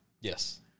Yes